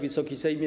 Wysoki Sejmie!